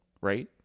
right